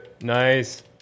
Nice